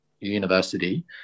university